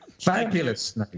fabulous